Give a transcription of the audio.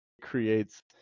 creates